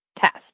test